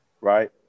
Right